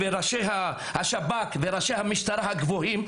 ראשי השב"כ וראשי המשטרה הבכירים,